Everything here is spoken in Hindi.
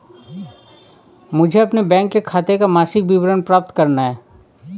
मुझे अपने बैंक खाते का मासिक विवरण प्राप्त करना है?